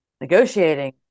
negotiating